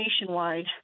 nationwide